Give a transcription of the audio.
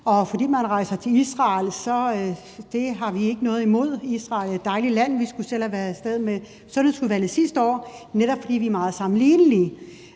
og det, at man rejser til Israel, har vi ikke noget imod. Israel er et dejligt land, og vi skulle selv have været af sted med Sundhedsudvalget sidste år, netop fordi vi er meget sammenlignelige